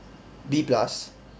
B plus